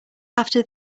after